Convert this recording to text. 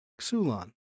xulon